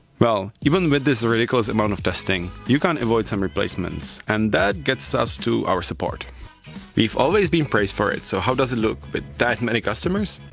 well even with this ridiculous amount of testing, you can't avoid some replacements. and that gets us to our support we've always been praised for it, so how does it look with that many customers?